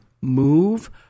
Move